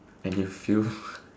and you feel